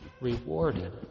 rewarded